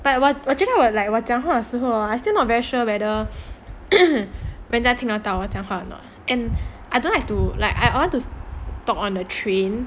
but 我觉得我讲话的时候 I still not very sure whether 人家听到我讲话 or not and I don't like to like I want to talk on the train